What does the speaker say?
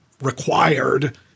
required